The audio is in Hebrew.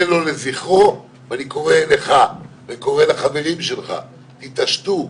זה לא לזכרו ואני קורא לך וקורא לחברים שלך תתעשתו,